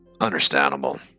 Understandable